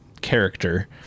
character